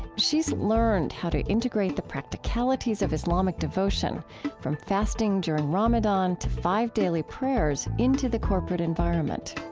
she's learned how to integrate the practicalities of islamic devotion from fasting during ramadan to five daily prayers into the corporate environment